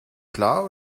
klar